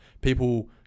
people